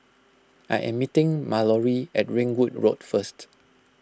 I am meeting Mallory at Ringwood Road first